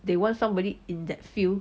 they want somebody in that field